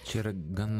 čia yra gan